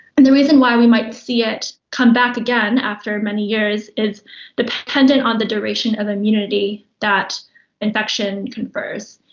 and the reason why we might see it come back again after many years is dependent on the duration of immunity that infection confers.